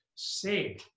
Say